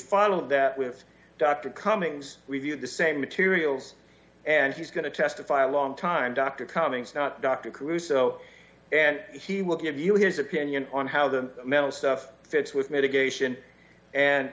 follow that with dr cummings reviewed the same materials and she's going to testify a long time doctor cummings not dr caruso and he will give you his opinion on how the mental stuff fits with mitigation and